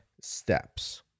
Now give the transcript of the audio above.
steps